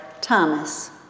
Thomas